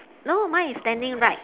no mine is standing right